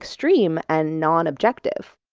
extreme and non-objective.